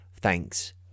thanks